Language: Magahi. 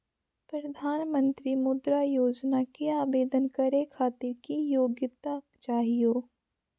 प्रधानमंत्री मुद्रा योजना के आवेदन करै खातिर की योग्यता चाहियो?